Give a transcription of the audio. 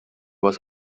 was